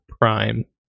prime